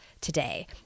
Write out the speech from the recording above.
today